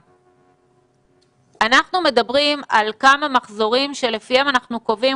אנחנו מדברים על כמה מחזורים שלפיהם אנחנו קובעים,